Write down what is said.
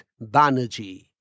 Banerjee